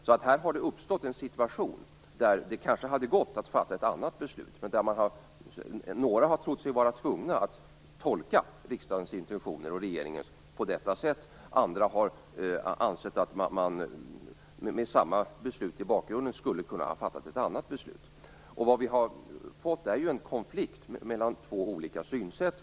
Här har det alltså uppstått en situation där det kanske hade gått att fatta ett annat beslut, men där några har trott sig vara tvungna att tolka riksdagens och regeringens intentioner på detta sätt. Andra har ansett att man med samma beslut i bakgrunden skulle ha kunnat fatta ett annat beslut. Vi har fått en konflikt mellan två olika synsätt.